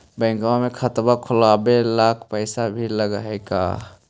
Bank में खाता खोलाबे ल पैसा भी लग है का?